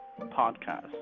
podcast